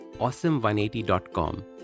awesome180.com